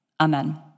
Amen